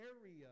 area